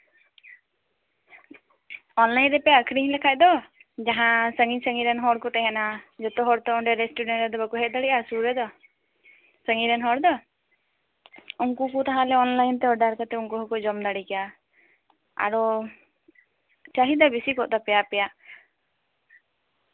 online ᱨᱮᱯᱮ ᱟᱠᱷᱨᱤᱧ ᱞᱮᱠᱷᱟᱱ ᱫᱚ ᱡᱟᱦᱟᱸᱭ ᱥᱟᱺᱜᱤᱧᱼᱥᱟᱺᱜᱤᱧ ᱨᱮᱱ ᱦᱚᱲ ᱠᱚ ᱛᱟᱦᱮᱸᱱᱟ ᱡᱚᱛᱚ ᱦᱚᱲ ᱛᱚ ᱚᱸᱰᱮ ᱫᱚ ᱵᱟᱠᱚ ᱦᱮᱡ ᱫᱟᱲᱮᱣᱟᱜᱼᱟ ᱨᱮᱥᱴᱩᱨᱮᱱᱴ ᱨᱮᱫᱚ ᱥᱟᱺᱜᱤᱧ ᱨᱮᱱ ᱦᱚᱲ ᱫᱚ ᱩᱱᱠᱩ ᱛᱟᱞᱦᱮ ᱚᱱᱞᱟᱭᱤᱱ ᱛᱮ ᱚᱨᱰᱟᱨ ᱠᱟᱛᱮ ᱩᱱᱠᱩ ᱦᱚᱸᱠᱚ ᱡᱚᱢ ᱫᱟᱲᱮ ᱠᱮᱭᱟ ᱟᱫᱚ ᱪᱟᱦᱤᱫᱟ ᱵᱤᱥᱤ ᱠᱚᱜ ᱛᱟᱯᱮᱭᱟ ᱟᱯᱮᱭᱟᱜ